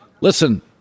Listen